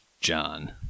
John